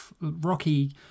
Rocky